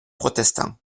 protestant